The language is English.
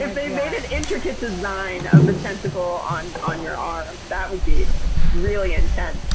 and made made an intricate design of the tentacle on on your arm, that would be really intense.